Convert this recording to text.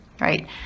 right